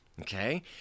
okay